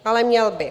Ale měl by.